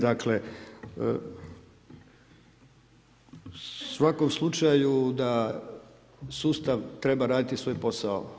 Dakle u svakom slučaju da sustav treba raditi svoj posao.